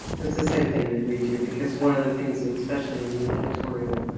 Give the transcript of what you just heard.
that's the same thing that we do because one of the things in especially in the editorial,